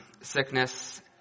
sickness